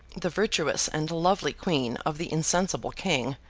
the virtuous and lovely queen of the insensible king,